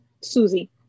Susie